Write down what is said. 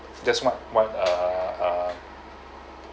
that's what what err